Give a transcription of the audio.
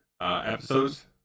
episodes